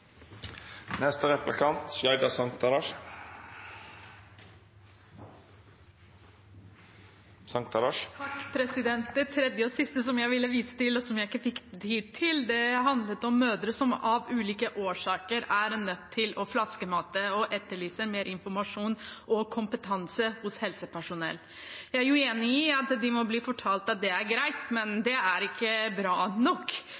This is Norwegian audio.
Det tredje og siste jeg ville vise til, og som jeg ikke fikk tid til, handlet om mødre som av ulike årsaker er nødt til å flaskemate, og som etterlyser mer informasjon og kompetanse hos helsepersonell. Jeg er enig i at de må bli fortalt at det er greit, men det er ikke bra nok.